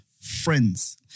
Friends